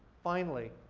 finally,